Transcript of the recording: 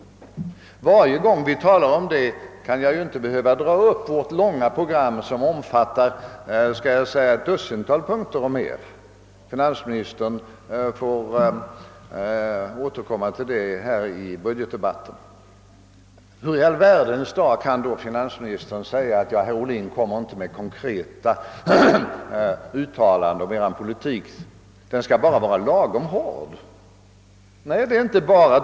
Varje gång vi talar om det kan vi ju inte behöva dra upp vårt långa program, som omfattar minst ett dussintal punkter. Finansministern får återkomma till detta i budgetdebatten. Hur i all världen kan då finansministern i dag göra gällande, att jag inte gör några konkreta uttalanden om mitt partis politik utan bara säger att den skall vara lagom hård?